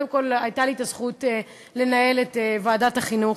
קודם כול, הייתה לי הזכות לנהל את ועדת החינוך.